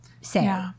say